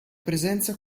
presenza